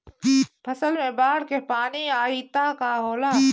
फसल मे बाढ़ के पानी आई त का होला?